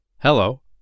Hello